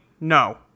no